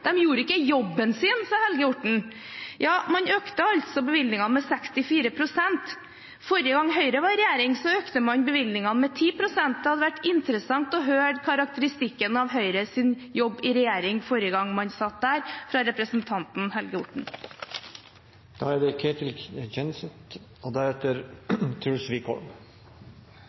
ikke gjorde jobben sin – vi gjorde ikke jobben vår, sa Helge Orten – økte vi faktisk bevilgningene med 64 pst. Forrige gang Høyre var i regjering, økte de bevilgningene med 10 pst. Det hadde vært interessant å høre karakteristikken av Høyres jobb i regjering forrige gang man satt der, fra representanten Helge